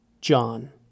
John